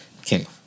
okay